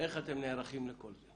איך אתם נערכים לכל זה?